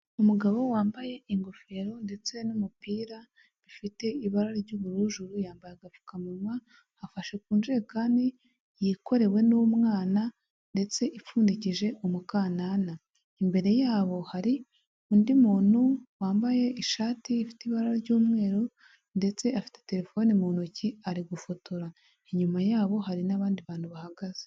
Umugabo wambaye ingofero ndetse n'umupira bifite ibara ry'ubururu yambaye agapfukamunwa afashe ku njekani yikorewe n'umwana ndetse ipfundikije umukanana . Imbere yabo hari undi muntu wambaye ishati ifite ibara ry'umweru ndetse afite telefone mu ntoki ari gufotora, inyuma yabo hari n'abandi bantu bahagaze.